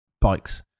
bikes